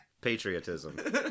patriotism